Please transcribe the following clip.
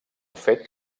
fet